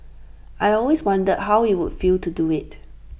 I always wondered how IT would feel to do IT